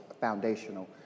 foundational